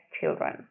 children